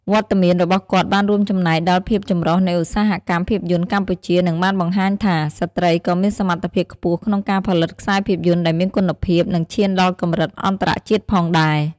វត្តមានរបស់គាត់បានរួមចំណែកដល់ភាពចម្រុះនៃឧស្សាហកម្មភាពយន្តកម្ពុជា និងបានបង្ហាញថា ស្ត្រីក៏មានសមត្ថភាពខ្ពស់ក្នុងការផលិតខ្សែភាពយន្តដែលមានគុណភាព និងឈានដល់កម្រិតអន្តរជាតិផងដែរ។